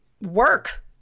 work